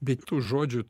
bet tų žodžių